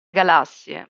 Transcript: galassie